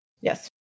Yes